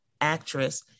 actress